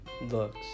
Looks